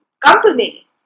company